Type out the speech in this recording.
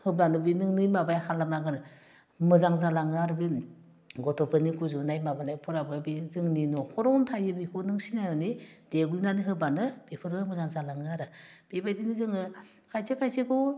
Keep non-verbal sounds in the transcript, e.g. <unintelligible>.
होब्लानो बे नोंनि माबाया <unintelligible> आरो मोजां जालाङो आरो बे गथ'फोरनि गुजुनाय माबानायफोराबो बे जोंनि नख'रावनो थायो बेखौ नों सिनायनानै देग्लिनानै होबानो बेफोरो मोजां जालाङो आरो बेबायदिनो जोङो खायसे खायसेखौ